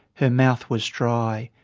her mouth was dry.